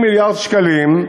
30 מיליארד שקלים,